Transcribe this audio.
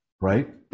right